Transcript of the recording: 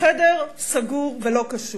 חדר סגור ולא קשור.